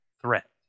threat